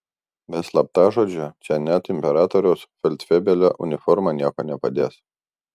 be slaptažodžio čia net imperatoriaus feldfebelio uniforma nieko nepadės